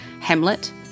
Hamlet